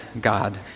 God